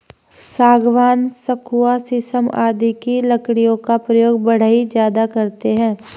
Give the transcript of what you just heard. सागवान, सखुआ शीशम आदि की लकड़ियों का प्रयोग बढ़ई ज्यादा करते हैं